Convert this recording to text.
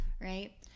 right